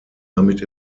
damit